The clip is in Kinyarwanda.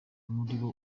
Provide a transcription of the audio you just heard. murimo